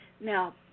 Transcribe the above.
Now